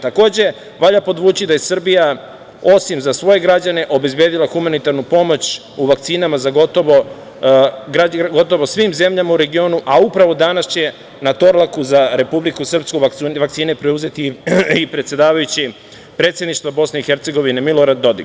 Takođe valja podvući da je Srbija, osim za svoje građane, obezbedila humanitarnu pomoć u vakcinama gotovo svim zemljama u regionu, a upravo danas će na „Torlaku“ za Republiku Srpsku vakcine preuzeti i predsedavajući predsedništva Bosne i Hercegovine Milorad Dodik.